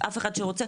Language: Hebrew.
אחד שרוצה,